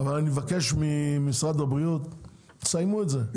אבל אני מבקש ממשרד הבריאות, תסיימו את זה.